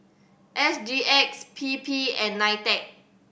S G X P P and NITEC